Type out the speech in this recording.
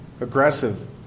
aggressive